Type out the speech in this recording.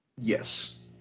Yes